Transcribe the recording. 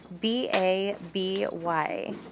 B-A-B-Y